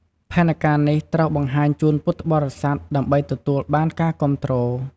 ផែនការនេះត្រូវបង្ហាញជូនពុទ្ធបរិស័ទដើម្បីទទួលបានការគាំទ្រ។